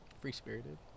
Free-spirited